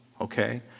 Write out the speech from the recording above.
okay